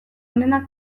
onenak